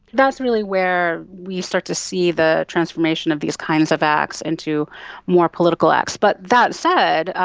that's really where we start to see the transformation of these kinds of acts into more political acts. but that said,